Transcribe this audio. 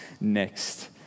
next